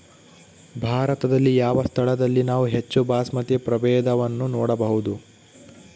ಭಾರತದಲ್ಲಿ ಯಾವ ಸ್ಥಳದಲ್ಲಿ ನಾವು ಹೆಚ್ಚು ಬಾಸ್ಮತಿ ಪ್ರಭೇದವನ್ನು ನೋಡಬಹುದು?